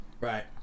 Right